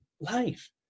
life